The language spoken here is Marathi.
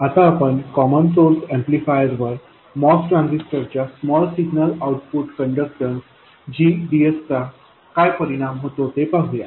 आता आपण कॉमन सोर्स ऍम्प्लिफायर वर MOS ट्रान्झिस्टर च्या स्मॉल सिग्नल आउटपुट कंडक्टन्स gdsचा काय परिणाम होतो ते पाहुया